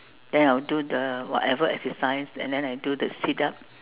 then I'll do the whatever exercise and then I'll do the sit up